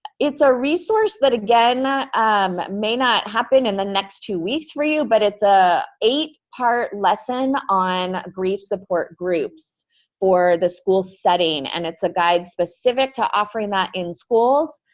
it's a resource that again um may not happen in the next two weeks for you, but it's a eight part lesson on grief support groups for the school setting, and it's a guide specific to offering that in schools.